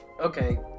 Okay